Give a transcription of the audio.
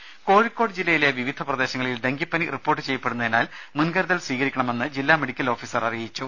രുമ കോഴിക്കോട് ജില്ലയിലെ വിവിധ പ്രദേശങ്ങളിൽ ഡങ്കിപ്പനി റിപ്പോർട്ട് ചെയ്യപ്പെടുന്നതിനാൽ മുൻകരുതൽ സ്വീകരിക്കണമെന്ന് ജില്ലാ മെഡിക്കൽ ഓഫിസർ അറിയിച്ചു